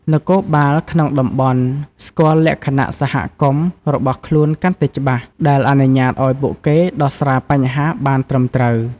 នគរបាលក្នុងតំបន់ ស្គាល់លក្ខណៈសហគមន៍របស់ខ្លួនកាន់តែច្បាស់ ដែលអនុញ្ញាតឱ្យពួកគេដោះស្រាយបញ្ហាបានត្រឹមត្រូវ។